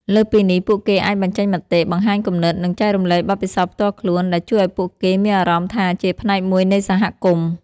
លើសពីនេះពួកគេអាចបញ្ចេញមតិ បង្ហាញគំនិត និងចែករំលែកបទពិសោធន៍ផ្ទាល់ខ្លួន ដែលជួយឱ្យពួកគេមានអារម្មណ៍ថាជាផ្នែកមួយនៃសហគមន៍។